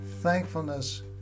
thankfulness